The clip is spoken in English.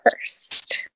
first